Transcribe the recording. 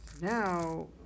Now